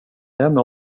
lämna